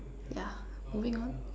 yeah moving on